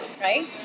right